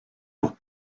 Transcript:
pour